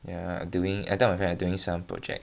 ya I doing I told my friend I doing some project